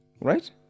Right